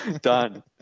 done